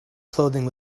clothing